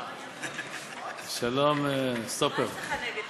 שלום, סטופר.